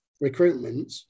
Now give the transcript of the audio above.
recruitment